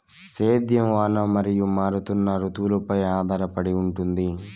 సేద్యం వాన మరియు మారుతున్న రుతువులపై ఆధారపడి ఉంటుంది